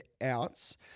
outs